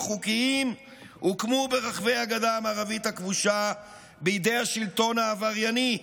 חוקיים הוקמו ברחבי הגדה המערבית הכבושה בידי השלטון העברייני.